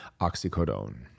oxycodone